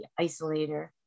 isolator